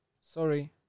Sorry